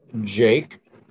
Jake